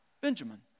Benjamin